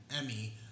Emmy